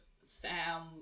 Sam